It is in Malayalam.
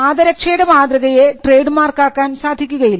പാദരക്ഷയുടെ മാതൃകയെ ട്രേഡ് മാർക്കാക്കാൻ സാധിക്കുകയില്ല